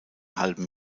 halben